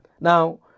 Now